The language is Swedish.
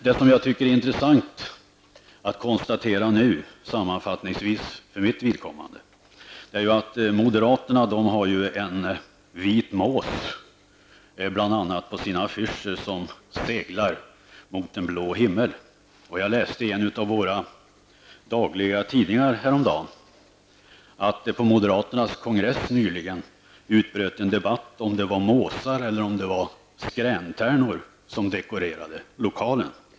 På sina affischer har moderaterna bl.a. en vit mås som flyger mot en blå himmel. Jag läste i en av våra dagliga tidningar häromdagen att det på moderaternas kongress nyligen utbröt en debatt om huruvida det var måsar eller skräntärnor som dekorerade lokalen.